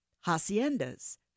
haciendas